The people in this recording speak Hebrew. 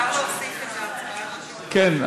כן,